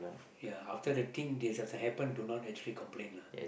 ya after the thing this kind happen do not actually complain lah